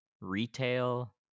retail